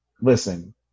listen